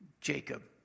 Jacob